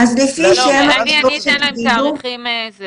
אני אתן להם תאריכים.